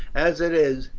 as it is,